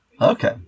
Okay